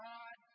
God